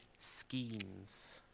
schemes